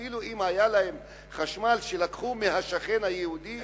אפילו אם היה להם חשמל שלקחו מהשכן היהודי,